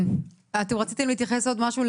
כן, רציתם לשאול עוד משהו?